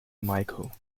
michael